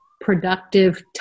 productive